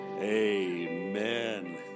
amen